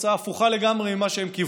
תוצאה הפוכה לגמרי ממה שהם קיוו.